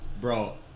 Bro